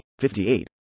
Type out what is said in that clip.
58